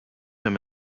him